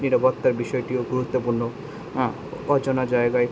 নিরাপত্তার বিষয়টিও গুরুত্বপূর্ণ অচেনা জায়গায়